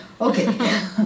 Okay